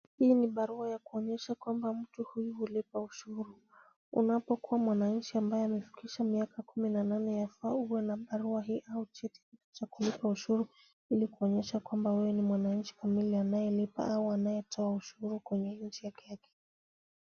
Hii ni barua ya kuonyesha kwamba mtu huyu hulipa ushuru. Unapokuwa mwananchi ambaye amefikisha kumi na nane yafaa ukweli na barua au cheti cha kulipa ushuru ili kuonyesha kwamba wewe ni mwananchi kamili anayelipa au kutoa ushuru kwenye nchi yake.